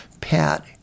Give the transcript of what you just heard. Pat